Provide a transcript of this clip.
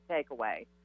takeaway